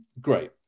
Great